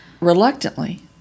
reluctantly